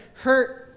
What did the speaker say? hurt